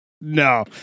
No